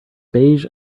beige